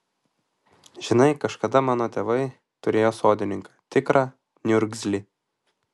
žinai kažkada mano tėvai turėjo sodininką tikrą niurgzlį